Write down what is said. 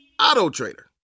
Auto-trader